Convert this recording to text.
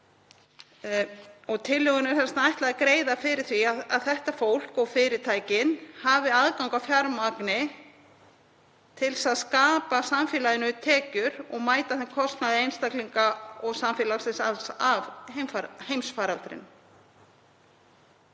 Tillögunni er ætlað að greiða fyrir því að þetta fólk og fyrirtækin hafi aðgang að fjármagni til að skapa samfélaginu tekjur og mæta þeim kostnaði einstaklinga og samfélagsins alls af heimsfaraldrinum.